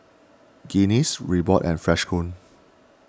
Guinness Reebok and Freshkon